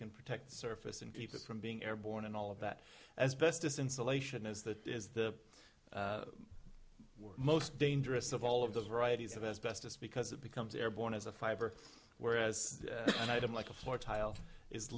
can protect the surface and keep it from being airborne and all of that as best as insulation is that is the most dangerous of all of the variety of asbestos because it becomes airborne as a fiber whereas an item like a floor tile is